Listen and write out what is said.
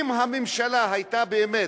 אם הממשלה היתה באמת,